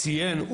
ציין,